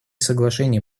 соглашения